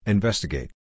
Investigate